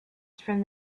from